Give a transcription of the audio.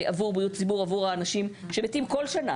עבור בריאות הציבור ועבור האנשים שמתים כל שנה